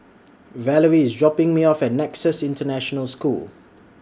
Valarie IS dropping Me off At Nexus International School